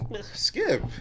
skip